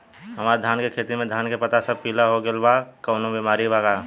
हमर धान के खेती में धान के पता सब पीला हो गेल बा कवनों बिमारी बा का?